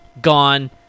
gone